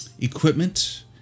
equipment